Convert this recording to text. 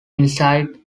inside